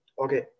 Okay